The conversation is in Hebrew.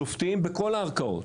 שופטים בכל הערכאות,